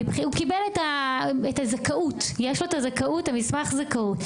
הוא קיבל את הזכאות, יש לו את מסמך הזכאות.